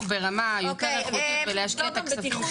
ברמה יותר איכותית ולהשקיע את הכספים שם.